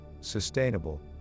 sustainable